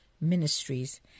Ministries